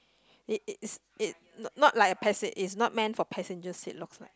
it it is it not like a pet seat is not main for passenger seat looks like